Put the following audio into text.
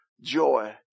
joy